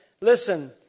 Listen